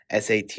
sat